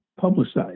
publicized